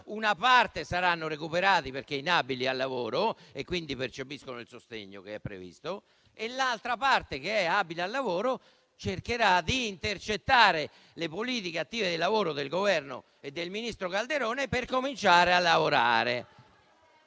una parte saranno recuperati perché inabili al lavoro e quindi percepiranno il sostegno previsto; l'altra parte, quella abile al lavoro, cercherà di intercettare le politiche attive del lavoro del Governo e del ministro Calderone per cominciare a lavorare.